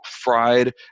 fried